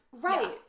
Right